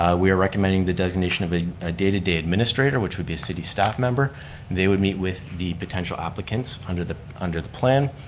ah we are recommending the designation of a ah day to day administrator, which would be a city staff member, and they would meet with the potential applicants under the under the plan,